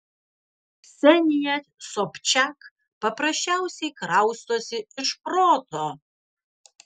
ksenija sobčak paprasčiausiai kraustosi iš proto